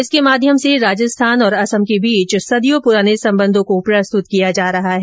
इसके माध्यम से राजस्थान और असम के बीच सदियों पुराने संबंधों को प्रस्तुत किया जा रहा है